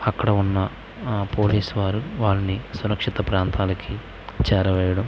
అక్కడ ఉన్న ఆ పోలీస్ వారు వాళ్ళని సురక్షిత ప్రాంతాలకి చేరవేయడం